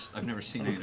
i've never seen